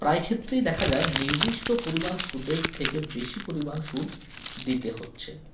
প্রায় ক্ষেত্রেই দেখা যায় নির্দিষ্ট পরিমাণ সুদের থেকে বেশি পরিমাণ সুদ দিতে হচ্ছে